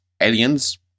Aliens